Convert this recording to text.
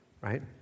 right